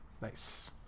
Nice